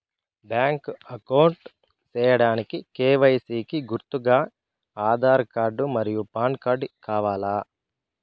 Bank account సేయడానికి KYC కి గుర్తుగా ఆధార్ కార్డ్ మరియు పాన్ కార్డ్ కావాలా?